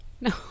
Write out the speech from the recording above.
No